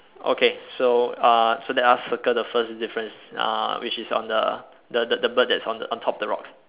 okay so uh so let us circle the first difference uh which is on the the the the bird that's on the on top of the rock